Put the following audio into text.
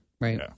right